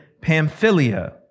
Pamphylia